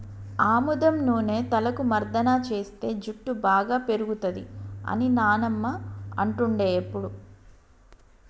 ఆముదం నూనె తలకు మర్దన చేస్తే జుట్టు బాగా పేరుతది అని నానమ్మ అంటుండే ఎప్పుడు